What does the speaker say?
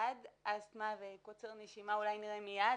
- אסטמה וקוצר נשימה אולי נראים מייד,